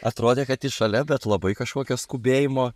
atrodė kad ji šalia bet labai kažkokio skubėjimo